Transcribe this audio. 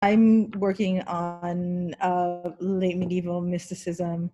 I'm working on late medieval mysticism